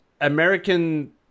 American